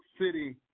City